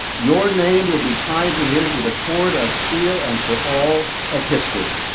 your name will be tied to his with a cord of steel and for all of history.